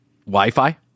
Wi-Fi